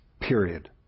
Period